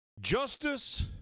justice